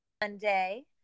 Monday